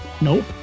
nope